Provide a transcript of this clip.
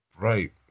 Right